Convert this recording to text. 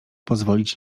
pozwolić